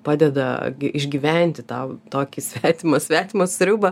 padeda išgyventi tau tokį svetimą svetimą sriubą